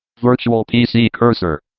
virtual pc cursor.